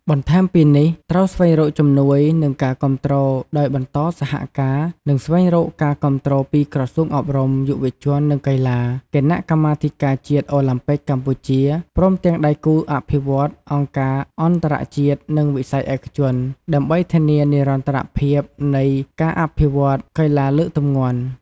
បន្ថែមពីនេះត្រូវស្វែងរកជំនួយ និងការគាំទ្រ ដោយបន្តសហការ និងស្វែងរកការគាំទ្រពីក្រសួងអប់រំ យុវជន និងកីឡា គណៈកម្មាធិការជាតិអូឡាំពិកកម្ពុជា ព្រមទាំងដៃគូអភិវឌ្ឍន៍ អង្គការអន្តរជាតិ និងវិស័យឯកជន ដើម្បីធានានិរន្តរភាពនៃការអភិវឌ្ឍន៍កីឡាលើកទម្ងន់។